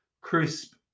Crisp